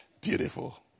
Beautiful